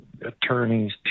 attorneys